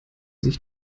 sich